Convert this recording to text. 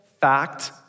fact